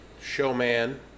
Showman